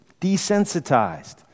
desensitized